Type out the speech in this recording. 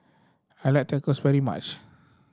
I like Tacos very much